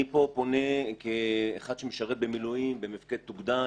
אני פה פונה כאחד שמשרת במילואים במפקדת אוגדה.